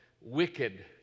wicked